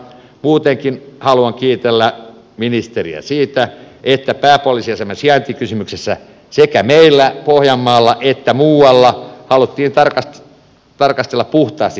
muutenkin haluan kiitellä ministeriä siitä että pääpoliisiaseman sijaintikysymyksessä sekä meillä pohjanmaalla että muualla haluttiin tarkastella puhtaasti faktoja